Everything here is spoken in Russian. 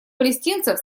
палестинцев